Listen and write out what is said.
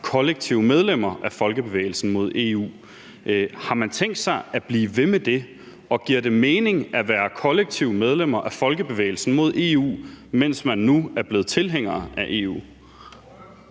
kollektive medlemmer af Folkebevægelsen mod EU. Har man tænkt sig at blive ved med det? Og giver det mening at være kollektive medlemmer af Folkebevægelsen mod EU, mens man nu er blevet tilhængere af EU?